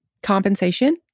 Compensation